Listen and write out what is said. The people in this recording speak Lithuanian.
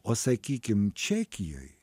o sakykim čekijoj